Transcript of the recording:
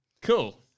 Cool